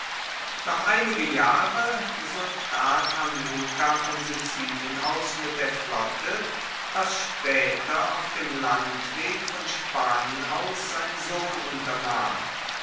noch einige jahre so tat hamilkar von sizilien aus mit der flotte was spaeter auf dem landweg von spanien aus sein sohn